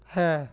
ਹੈ